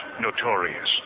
notorious